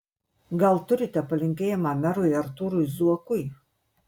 gal turite palinkėjimą merui artūrui zuokui